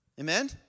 Amen